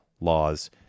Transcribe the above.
laws